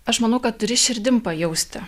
aš manau kad turi širdim pajausti